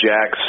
Jax